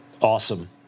Awesome